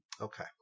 Okay